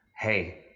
hey